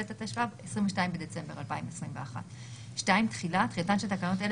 התשפ"ב (22 בדצמבר 2021)". תחילה תחילתן של תקנות אעלה